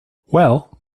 well